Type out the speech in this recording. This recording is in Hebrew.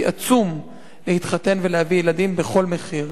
עצום להתחתן ולהביא ילדים בכל מחיר.